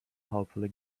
hopefully